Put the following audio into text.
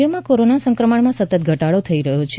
રાજ્યમાં કોરોના સંક્રમણમાં સતત ઘટાડો થઈ રહ્યો છે